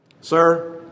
Sir